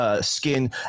Skin